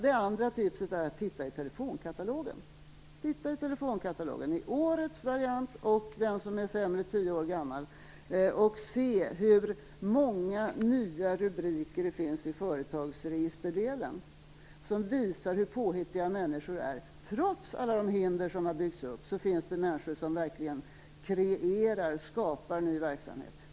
Det andra tipset är att titta i telefonkatalogen, i årets variant och i en som är fem eller tio år gammal, och se hur många nya rubriker det finns i företagsregisterdelen. Detta visar hur påhittiga människor är. Trots alla de hinder som har byggts upp finns det människor som verkligen kreerar och skapar ny verksamhet.